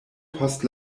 post